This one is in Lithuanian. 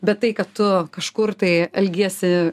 bet tai kad tu kažkur tai elgiesi